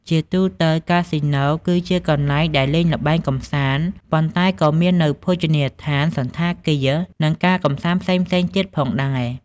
ជាទូទៅ កាស៊ីណូគឺជាទីកន្លែងដែលលេងល្បែងកម្សាន្ត ប៉ុន្តែក៏មាននូវភោជនីយដ្ឋាន សណ្ឋាគារ និងការកម្សាន្តផ្សេងៗទៀតផងដែរ ។